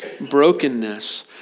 brokenness